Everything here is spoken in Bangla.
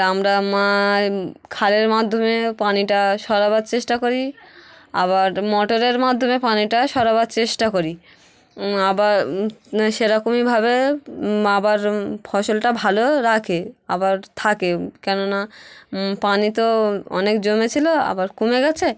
আমরা ম খালের মাধ্যমে পানিটা সরাবার চেষ্টা করি আবার মোটরের মাধ্যমে পানিটা সরাবার চেষ্টা করি আবার সেরকমইভাবে আবার ফসলটা ভালো রাখে আবার থাকে কেননা পানি তো অনেক জমেছিলো আবার কমে গেছে